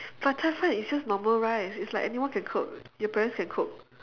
but cai-fan is just normal rice it's like anyone can cook your parents can cook